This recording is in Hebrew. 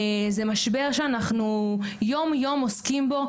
עוסקת יום יום במשבר הזה.